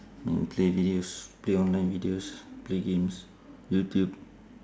mm play videos play online videos play games youtube